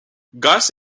gus